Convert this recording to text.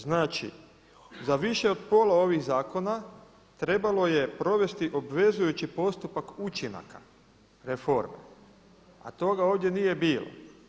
Znači, za više od pola ovih zakona trebalo je provesti obvezajući postupak učinaka reforme, a toga ovdje nije bilo.